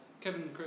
Kevin